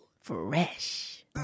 Fresh